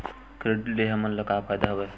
Credit ले हमन का का फ़ायदा हवय?